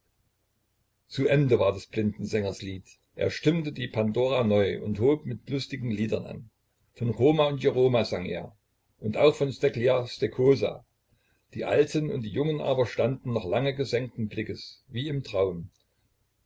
zu ende war des blinden sängers lied er stimmte die pandora neu und hob mit lustigen liedern an von choma und jeroma sang er und auch von stekljär stekosa die alten und die jungen aber standen noch lange gesenkten blickes wie im traum